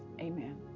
Amen